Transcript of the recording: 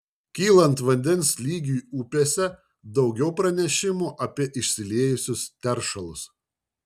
kylant vandens lygiui upėse daugiau pranešimų apie išsiliejusius teršalus